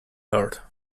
lord